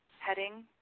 heading